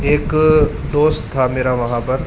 ایک دوست تھا میرا وہاں پر